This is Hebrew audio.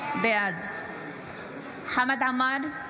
בעד חמד עמאר,